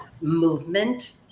movement